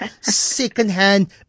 secondhand